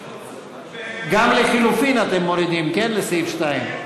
גם לחלופין אתם מורידים, כן, לסעיף 2?